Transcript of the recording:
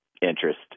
interest